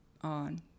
on